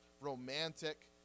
romantic